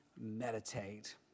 meditate